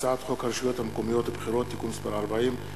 הצעת חוק הרשויות המקומיות (בחירות) (תיקון מס' 40),